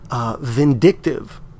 vindictive